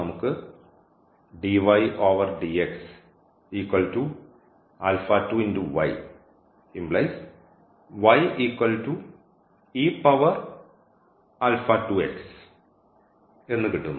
നമുക്ക് എന്ന് കിട്ടുന്നു